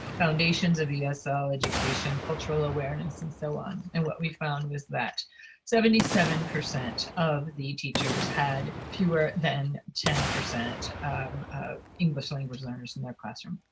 foundations of yeah esl education, cultural awareness, and so on. and what we found was that seventy seven percent of the teachers had fewer than ten perecent of english language learners in their classroom.